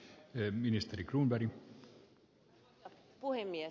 arvoisa puhemies